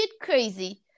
crazy